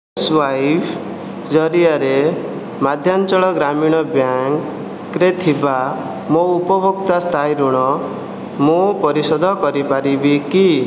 swipe ଜରିଆରେ ମଧ୍ୟାଞ୍ଚଳ ଗ୍ରାମୀଣ ବ୍ୟାଙ୍କରେ ଥିବା ମୋ ଉପଭୋକ୍ତା ସ୍ଥାୟୀ ଋଣ ମୁଁ ପରିଶୋଧ କରିପାରିବି କି